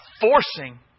forcing